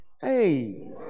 Hey